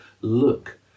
look